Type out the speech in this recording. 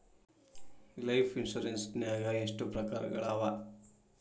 Life insurance ನ್ಯಾಗ ಎಷ್ಟ್ ಪ್ರಕಾರ್ಗಳವ?